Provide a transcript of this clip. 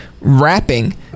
rapping